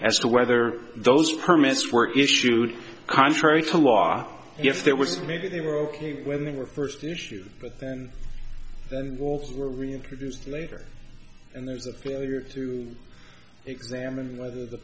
as to whether those permits for issued contrary to law if there was maybe they were ok when they were first issued but then the walls were reintroduced later and there's a failure to examine whether the